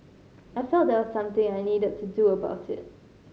I felt there was something I needed to do about it